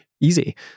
Easy